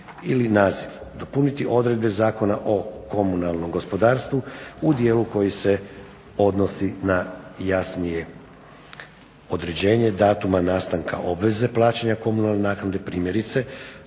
ili naziv. Dopuniti odredbe Zakona o komunalnom gospodarstvu u dijelu koji se odnosi na jasnije određenje datuma nastanka obveze plaćanja komunalne naknade, primjerice,